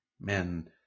Men